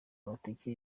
amatike